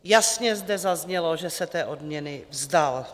Jasně zde zaznělo, že se té odměny vzdal.